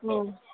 हो